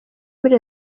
muri